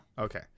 Okay